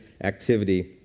activity